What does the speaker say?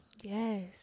Yes